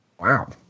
Wow